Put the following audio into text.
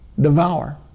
devour